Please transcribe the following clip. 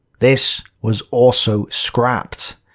this was also scrapped.